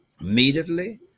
Immediately